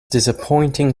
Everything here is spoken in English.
disappointing